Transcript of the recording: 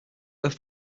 where